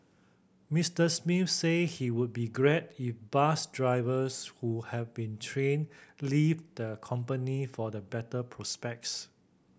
Mister Smith say he would be glad if bus drivers who have been trained leave the company for the better prospects